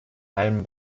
allem